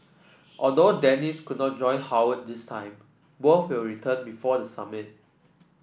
although Dennis could not join Howard this time both will return before the summit